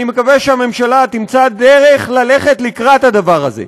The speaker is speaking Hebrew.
אני מקווה שהממשלה תמצא דרך ללכת לקראת הדבר הזה.